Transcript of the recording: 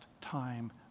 time